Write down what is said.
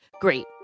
Great